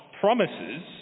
promises